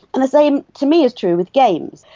and the same, to me, is true with games.